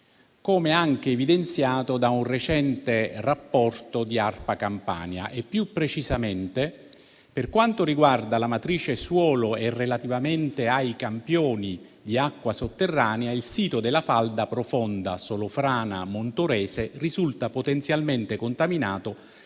per la protezione ambientale (ARPA) Campania. Più precisamente, per quanto riguarda la matrice suolo e relativamente ai campioni di acqua sotterranea, il sito della falda profonda Solofrana-Montorese risulta potenzialmente contaminato